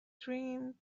dream